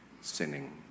sinning